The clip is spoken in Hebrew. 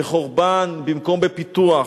בחורבן במקום בפיתוח.